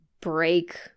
break